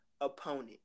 opponent